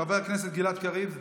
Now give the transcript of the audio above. חבר הכנסת גלעד קריב.